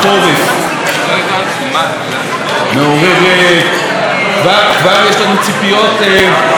כבר יש לנו ציפיות ומרגישים שיש מה